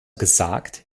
gesagt